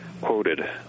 quoted